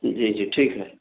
جی جی ٹھیک ہے